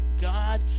God